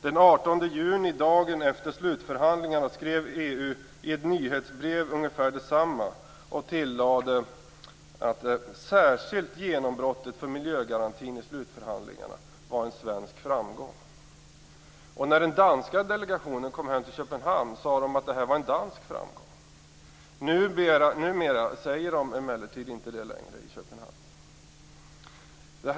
Den 18 juni, dagen efter slutförhandlingarna, skrev EU i ett nyhetsbrev ungefär detsamma och tillade att särskilt genombrottet för miljögarantin i slutförhandlingarna var en svensk framgång. Och när den danska delegationen kom hem till Köpenhamn sade de att det här var en dansk framgång. Numera säger de emellertid inte det längre i Köpenhamn.